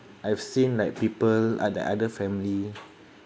I've seen like people uh the other family